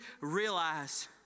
realize